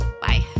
Bye